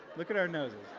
like at our noses